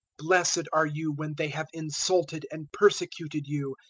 blessed are you when they have insulted and persecuted you,